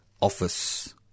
office